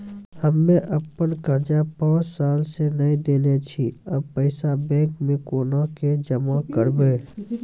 हम्मे आपन कर्जा पांच साल से न देने छी अब पैसा बैंक मे कोना के जमा करबै?